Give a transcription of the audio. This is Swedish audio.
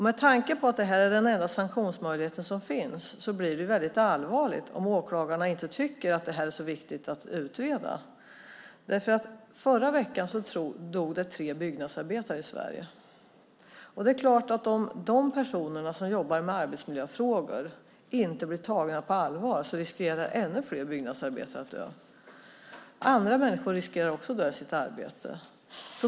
Med tanke på att detta är den enda sanktionsmöjligheten som finns blir det väldigt allvarligt om åklagarna inte tycker att detta är så viktigt att utreda. I förra veckan dog tre byggnadsarbetare i Sverige. Det är klart att om de personer som jobbar med arbetsmiljöfrågor inte blir tagna på allvar riskerar ännu fler byggnadsarbetare att dö. Andra människor riskerar också att dö i sitt arbete.